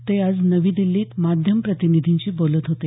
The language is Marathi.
ते आज नवी दिल्लीत माध्यम प्रतिनिधींशी बोलत होते